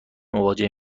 مواجه